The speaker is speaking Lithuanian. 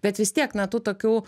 bet vis tiek na tų tokių